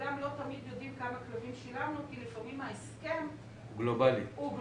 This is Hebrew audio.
גם לא תמיד יודעים כמה כלבים שילמנו כי לפעמים ההסכם הוא גלובלי.